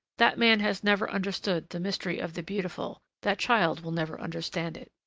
that man has never understood the mystery of the beautiful, that child will never understand it!